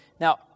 Now